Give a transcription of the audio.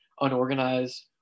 unorganized